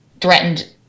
threatened